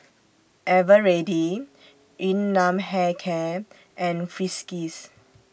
Eveready Yun Nam Hair Care and Friskies